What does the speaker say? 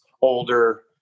older